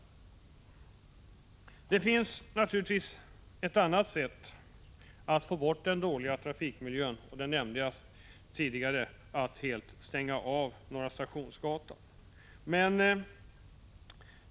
Det finns naturligtvis ett annat sätt att få bort den dåliga trafikmiljön, vilket jag nämnde tidigare, nämligen att helt stänga av Norra Stationsgatan.